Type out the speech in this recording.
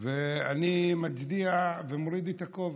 ואני מצדיע ומוריד את הכובע.